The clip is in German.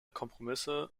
kompromisse